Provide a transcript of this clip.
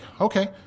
Okay